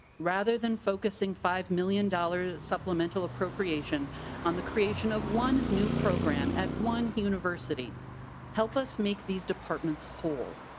rather than focusing five million dollars supplemental appropriation on the creation of one new program at one university help us make these departments whole.